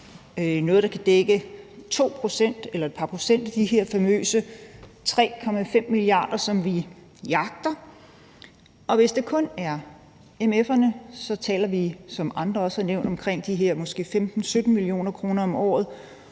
noget, der kan dække et par procent af de her famøse 3,5 mia. kr., som vi jagter, og hvis det kun er mf'erne, taler vi, som andre også har nævnt, om de her måske 15-17 mio. kr. om året